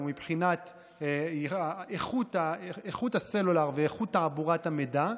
מבחינת איכות הסלולר ואיכות תעבורת המידע.